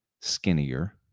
skinnier